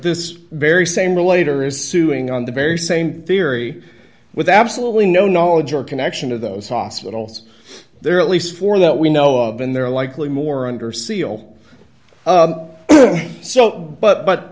this very same later is suing on the very same theory with absolutely no knowledge or connection of those hospitals there are at least four that we know of and they're likely more under seal so but but